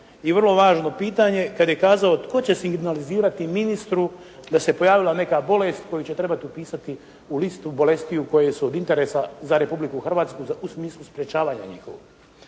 i vrlo važno pitanje kad je kazao tko će signalizirati ministru da se pojavila neka bolest koju će trebati upisati u listu bolestiju koje su od interesa za Republiku Hrvatsku u smislu sprečavanja njihovog.